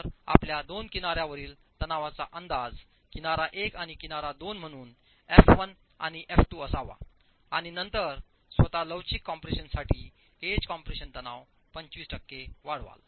तर आपल्या दोन किनार्यावरील तणावाचा अंदाज किनारा 1 आणि किनारा 2 म्हणून एफ 1 आणि एफ 2 असावा आणि नंतर स्वत लवचिक कम्प्रेशनसाठी एज कॉम्प्रेशन तणाव 25 टक्के वाढवाल